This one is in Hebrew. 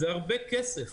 זה הרבה כסף.